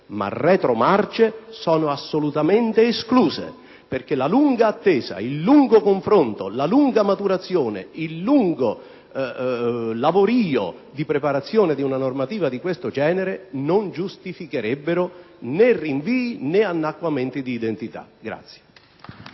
ma retromarce sono assolutamente escluse, perché la lunga attesa, il lungo confronto, la lunga maturazione e il lavorio di preparazione di una normativa di questo genere non giustificherebbero né rinvii né annacquamenti di identità.